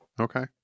Okay